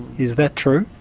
is that true?